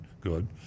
good